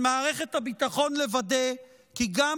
על מערכת הביטחון לוודא כי גם